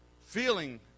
feeling